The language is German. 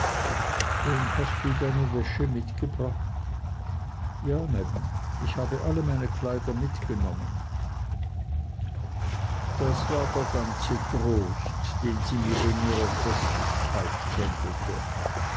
und hast du deine wäsche mitgebracht ja maam ich habe alle meine kleider mitgenommen das war der ganze trost den sie mir in ihrer festigkeit spendete